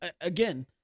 again